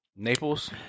Naples